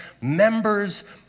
members